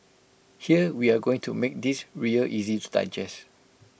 here we are going to make this real easy to digest